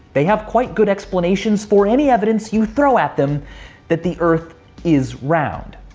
they have quite good explanations for any evidence you throw at them that the earth is round.